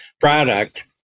product